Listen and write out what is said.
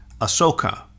ahsoka